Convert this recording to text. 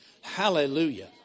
Hallelujah